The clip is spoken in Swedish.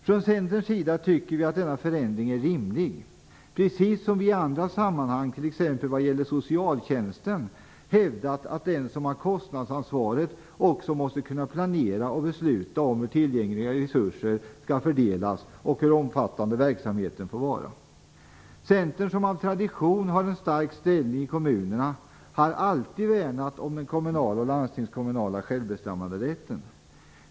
Från Centerns sida tycker vi att denna förändring är rimlig, precis som vi i andra sammanhang, t.ex. när det gäller socialtjänsten, hävdat att den som har kostnadsansvaret också måste kunna planera och besluta om hur tillgängliga resurser skall fördelas och hur omfattande verksamheten får vara. Centern, som av tradition har en stark ställning i kommunerna, har alltid värnat om den kommunala och landstingskommunala självbestämmanderätten.